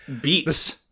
beats